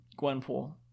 Gwenpool